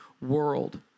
world